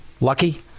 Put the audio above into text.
Lucky